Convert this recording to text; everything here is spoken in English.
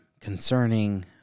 concerning